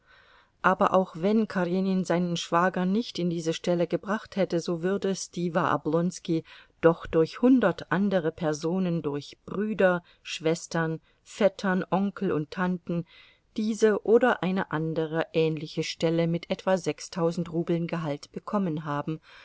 aber auch wenn karenin seinen schwager nicht in diese stelle gebracht hätte so würde stiwa oblonski doch durch hundert andere personen durch brüder schwestern vettern onkel und tanten diese oder eine andere ähnliche stelle mit etwa sechstausend rubeln gehalt bekommen haben